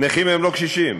נכים הם לא קשישים,